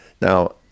Now